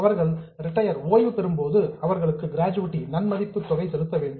அவர்கள் ரிட்டயர் ஓய்வு பெறும் போது அவர்களுக்கு கிராஜுவிட்டி நன்மதிப்பு தொகை செலுத்த வேண்டும்